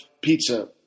pizza